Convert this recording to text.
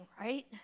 right